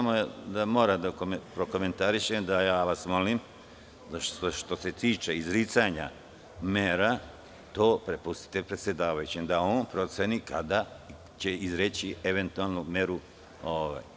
Moram da prokomentarišem da vas molim da što se tiče izricanja mera to prepustite predsedavajućem, da on proceni kada će izreći eventualnu meru.